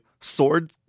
sword